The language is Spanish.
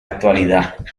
actualidad